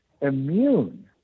immune